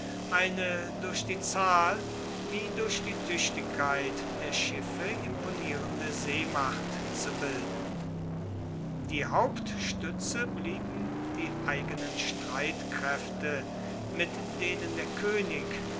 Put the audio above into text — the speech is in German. eine durch die zahl wie durch die tüchtigkeit der schiffe imponierende seemacht zu bilden die hauptstütze blieben die eigenen streitkräfte mit denen der könig